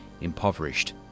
impoverished